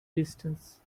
distance